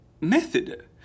Method